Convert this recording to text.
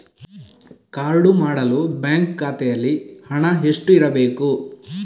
Card ಮಾಡಲು bank ಖಾತೆಯಲ್ಲಿ ಹಣ ಎಷ್ಟು ಇರಬೇಕು?